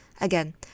again